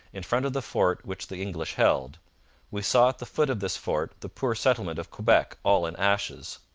in front of the fort which the english held we saw at the foot of this fort the poor settlement of quebec all in ashes.